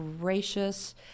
gracious